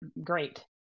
great